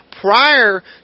prior